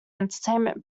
entertainment